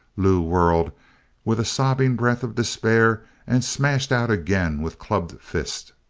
lew whirled with a sobbing breath of despair and smashed out again with clubbed fist.